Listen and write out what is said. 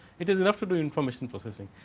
it is enough to do information processing.